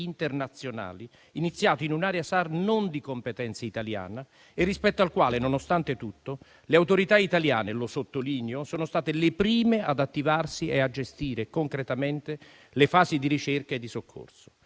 internazionali, iniziato in un'area SAR non di competenza italiana e rispetto al quale, nonostante tutto, le autorità italiane - lo sottolineo - sono state le prime ad attivarsi e a gestire concretamente le fasi di ricerca e di soccorso.